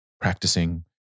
practicing